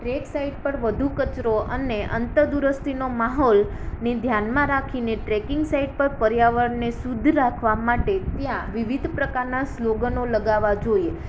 track site પર વધુ કચરો અને અંતહ દૂરસ્તીનો માહોલ ને ધ્યાનમાં રાખીને ટ્રેકિંગ સાઇટ પર પર્યાવરણને શુદ્ધ રાખવા માટે ત્યાં વિવિધ પ્રકારના સ્લોગનો લગાવવા જોઈએ